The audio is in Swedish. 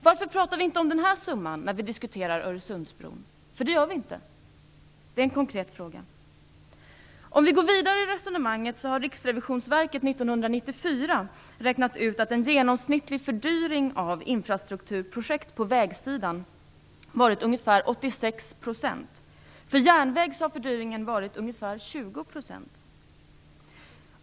Varför pratar vi inte om den summan när vi diskuterar Öresundsbron, för det gör vi ju inte? Det är en konkret fråga. Om vi går vidare i resonemanget så har Riksrevisionsverket 1994 räknat ut att den genomsnittliga fördyringen av infrastrukturprojekt på vägsidan varit ungefär 86 %. För järnvägar har fördyringen varit ungefär 20 %.